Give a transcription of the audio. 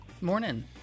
Morning